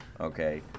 okay